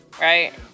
Right